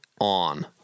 on